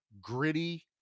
gritty